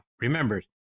Remember